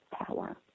power